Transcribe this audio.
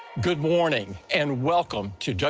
good morning. and welcome to